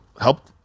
help